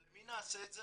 אבל למי נעשה את זה?